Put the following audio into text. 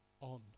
on